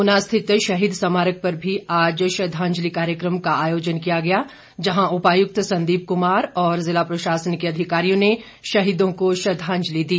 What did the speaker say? ऊना स्थित शहीद स्मारक पर भी आज श्रद्धांजलि कार्यक्रम का आयोजन किया गया जहां उपायुक्त संदीप कुमार और जिला प्रशासन के अधिकारियों ने शहीदों को श्रद्धांजलि दी